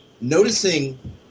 Noticing